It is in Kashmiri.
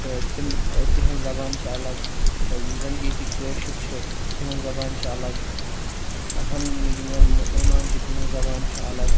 تہٕ تِم ٲں تہنٛز زبان چھِ اَلگ یِم زَن ییٚتِکۍ کٲشِرۍ چھِ تہنٛز زبان چھِ اَلگ ہَن یِم زن مُسلمان چھِ تِہنٛز زبان چھِ اَلگ